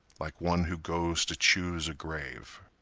like one who goes to choose a grave.